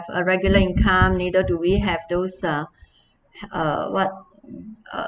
a regular income neither do we have those uh uh what uh